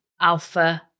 Alpha